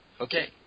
okay